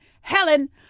Helen